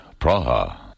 Praha